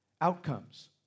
Outcomes